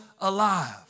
alive